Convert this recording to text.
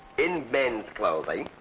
in men's clothing.